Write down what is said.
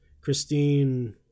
Christine